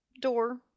door